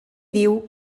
diu